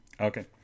Okay